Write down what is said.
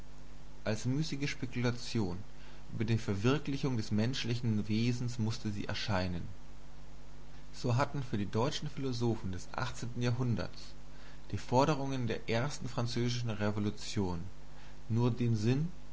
als müßige spekulation über die verwirklichung des menschlichen wesens mußte sie erscheinen so hatten für die deutschen philosophen des jahrhunderts die forderungen der ersten französischen revolution nur den sinn